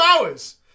hours